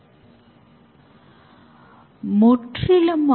prototype மாடலில் முன்னரே கண்டறியப்பட்ட ரிஸ்குகளை மட்டுமே கையாளலாம்